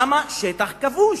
שמה שטח כבוש,